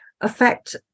affect